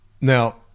Now